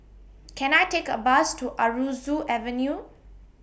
Can I Take A Bus to Aroozoo Avenue